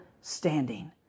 standing